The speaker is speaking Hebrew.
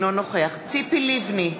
אינו נוכח ציפי לבני,